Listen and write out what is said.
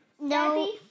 No